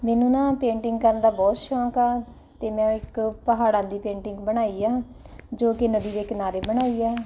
ਮੈਨੂੰ ਨਾ ਪੇਂਟਿੰਗ ਕਰਨ ਦਾ ਬਹੁਤ ਸ਼ੌਕ ਆ ਅਤੇ ਮੈਂ ਇੱਕ ਪਹਾੜਾਂ ਦੀ ਪੇਂਟਿੰਗ ਬਣਾਈ ਆ ਜੋ ਕਿ ਨਦੀ ਦੇ ਕਿਨਾਰੇ ਬਣਾਈ ਹੈ